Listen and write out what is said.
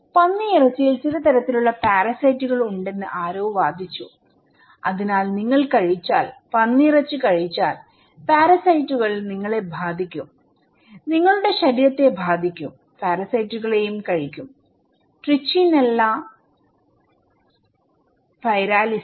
അതിനാൽ പന്നിയിറച്ചിയിൽ ചില തരത്തിലുള്ള പാരസൈറ്റുകൾ ഉണ്ടെന്ന് ആരോ വാദിച്ചു അതിനാൽ നിങ്ങൾ കഴിച്ചാൽപന്നിയിറച്ചി കഴിച്ചാൽ പാരസൈറ്റുകൾനിങ്ങളെ ബാധിക്കും നിങ്ങളുടെ ശരീരത്തെ ബാധിക്കുംപാരസൈറ്റുകളെയുംകഴിക്കും ട്രിച്ചിനെല്ല സ്പൈറലിസ്